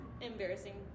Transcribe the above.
Embarrassing